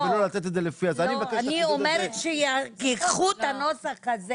אני אומרת שתיקחו את הנוסח הזה